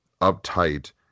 uptight